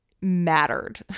mattered